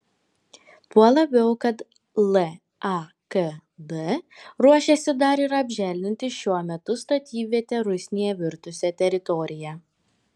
tuo labiau kad lakd ruošiasi dar ir apželdinti šiuo metu statybviete rusnėje virtusią teritoriją